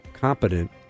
competent